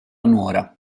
nuora